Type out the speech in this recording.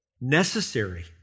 necessary